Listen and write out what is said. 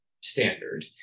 standard